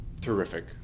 terrific